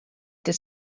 this